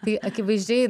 tai akivaizdžiai